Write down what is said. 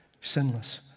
sinless